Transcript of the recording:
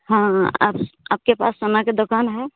हाँ हाँ आपके पास की दुक़ान है